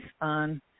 on